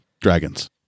Dragons